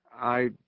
I